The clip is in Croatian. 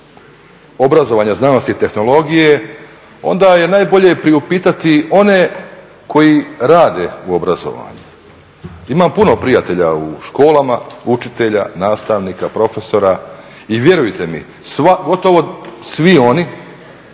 obrazovanja, znanosti i tehnologije onda je najbolje priupitati one koji rade u obrazovanju. Imam puno prijatelja u školama, učitelja, nastavnika, profesora i vjerujte mi gotovo svi oni